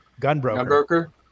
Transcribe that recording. Gunbroker